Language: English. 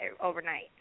overnight